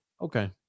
Okay